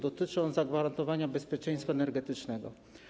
Dotyczy on zagwarantowania bezpieczeństwa energetycznego.